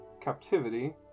captivity